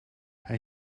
hij